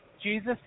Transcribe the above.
Jesus